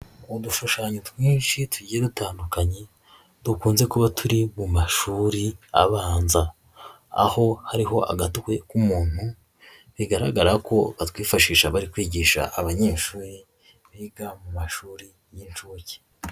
Udushushanyo twinshi tugiye dutandukanye dukunze kuba turi mu mashuri abanza, aho hariho agatwe k'umuntu bigaragara ko batwifashisha bari kwigisha abanyeshuri biga mu mashuri y'inshuke.